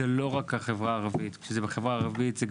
זה לא מתייחס רק לחברה הערבית אלא לחברה כולה.